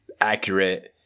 accurate